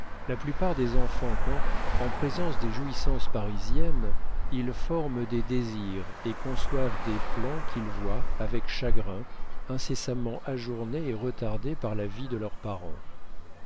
la plupart des enfants quand en présence des jouissances parisiennes ils forment des désirs et conçoivent des plans qu'ils voient avec chagrin incessamment ajournés et retardés par la vie de leurs parents